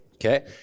Okay